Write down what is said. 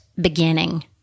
beginning